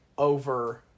over